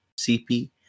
CP